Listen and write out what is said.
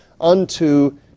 unto